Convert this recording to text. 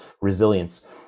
resilience